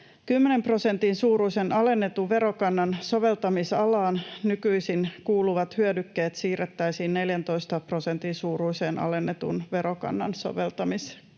10 prosentin suuruisen alennetun verokannan soveltamisalaan nykyisin kuuluvat hyödykkeet siirrettäisiin 14 prosentin suuruiseen alennetun verokannan soveltamisalaan.